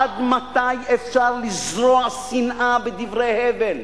עד מתי אפשר לזרוע שנאה בדברי הבל?